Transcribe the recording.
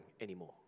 anymore